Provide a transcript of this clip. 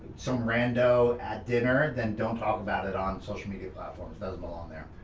some rando at dinner, then don't talk about it on social media platforms. doesn't belong there.